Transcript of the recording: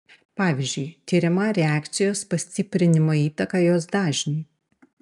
pavyzdžiui tiriama reakcijos pastiprinimo įtaka jos dažniui